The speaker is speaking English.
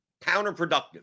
counterproductive